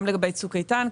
גם לגבי צוק איתן,